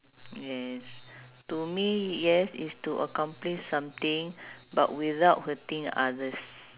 yes to me yes is to accomplish something but without hurting others